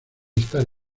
estar